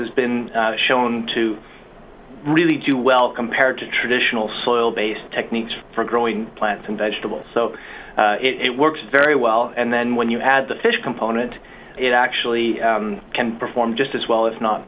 has been shown to really do well compared to traditional soil based techniques for growing plants and vegetables so it works very well and then when you add the fish component it actually can perform just as well if not